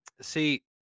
See